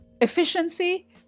Efficiency